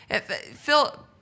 Phil